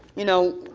you know,